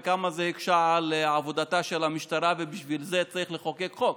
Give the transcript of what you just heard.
וכמה זה הקשה על עבודתה של המשטרה ובשביל זה צריך לחוקק חוק.